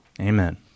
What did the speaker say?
Amen